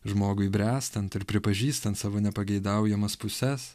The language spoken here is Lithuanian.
žmogui bręstant ir pripažįstant savo nepageidaujamas puses